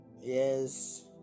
Yes